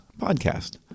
podcast